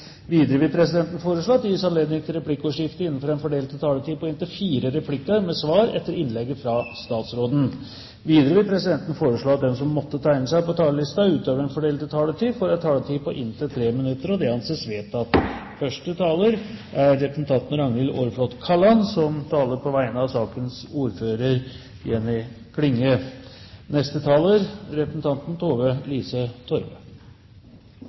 Videre vil presidenten foreslå at det gis anledning til replikkordskifte på inntil fire replikker med svar etter innlegget fra statsråden innenfor den fordelte taletid. Videre blir det foreslått at de som måtte tegne seg på talerlisten utover den fordelte taletid, får en taletid på inntil 3 minutter. – Det anses vedtatt. Stortinget har mottatt et representantforslag fra representantene Oktay Dahl, Skogrand, Kambe og Harberg fra Høyre, hvor de foreslår etablering av